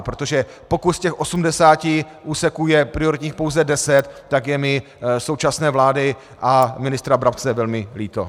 Protože pokud z těch 80 úseků je prioritních pouze 10, tak je mi současné vlády a ministra Brabce velmi líto.